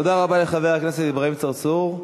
תודה רבה לחבר הכנסת אברהים צרצור.